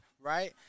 right